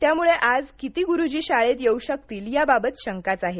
त्यामुळे आज किती गुरूजी शाळेत येऊ शकतील याबाबत शंकाच आहे